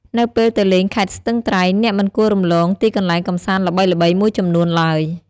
នៅពេលទៅលេងខេត្តស្ទឹងត្រែងអ្នកមិនគួររំលងទីកន្លែងកម្សាន្តល្បីៗមួយចំនួនឡើយ។